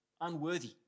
unworthy